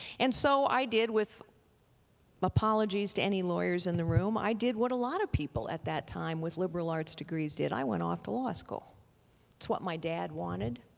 and so i did, with apologies to any lawyers in the room, i did what a lot of people at that time with liberal arts degrees did, i went off to law school. that's what my dad wanted.